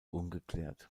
ungeklärt